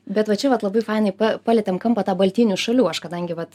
bet va čia vat labai fanai pa palietėm kampą tą baltijinių šalių aš kadangi vat